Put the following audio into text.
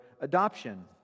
adoption